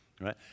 right